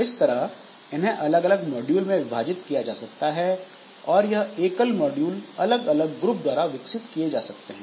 इस तरह इन्हें अलग अलग मॉड्यूल में विभाजित किया जा सकता है और यह एकल मॉड्यूल अलग अलग ग्रुप द्वारा विकसित किए जा सकते हैं